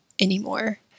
anymore